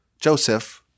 Joseph